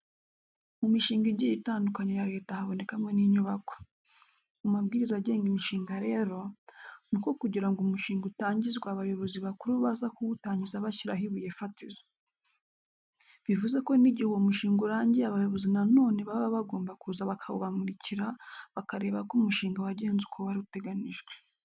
Mu mishinga igiye itandukanye ya Leta habonekamo n'inyubako. Mu mabwiriza agenga imishinga rero, nuko kugira ngo umushinga utangizwe abayobozi bakuru baza kuwutangiza bashyiraho ibuye fatizo. Bivuze ko n'igihe uwo mushinga urangiye abayobozi na none baba bagomba kuza bakawubamurikira bakareba ko umushinga wagenze uko wari uteganijwe.